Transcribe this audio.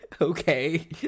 Okay